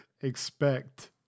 expect